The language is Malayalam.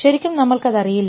ശരിക്കും നമ്മൾക്ക് അറിയില്ല